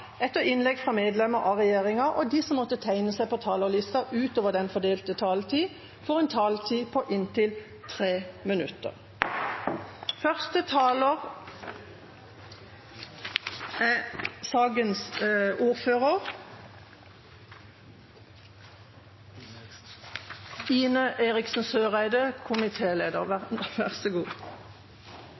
etter innlegg fra medlemmer av regjeringa, og de som måtte tegne seg på talerlisten utover den fordelte taletid, får en taletid på inntil 3 minutter. Jeg vil begynne med å takke utenriksministeren for redegjørelsen. Jeg syns det er veldig naturlig at det ble viet så